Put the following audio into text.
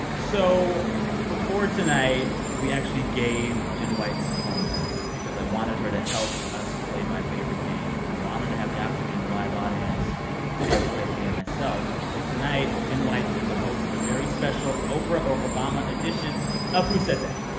so before tonight, we actually gave jenn white some homework because i wanted her to help us play my favorite game, and i wanted to have the opportunity of a live audience to be able to play the game myself. so tonight, jenn white's going to host a very special oprah-or-obama edition of who said that